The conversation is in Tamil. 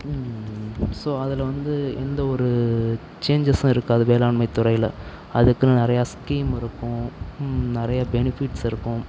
ஸோ அதில் வந்து எந்த ஒரு சேன்ஜஸும் இருக்காது வேளாண்மைத் துறையில் அதுக்குனு நிறைய ஸ்கீம் இருக்கும் நிறைய பெனிஃபிட்ஸ் இருக்கும்